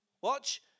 Watch